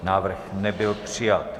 Návrh nebyl přijat.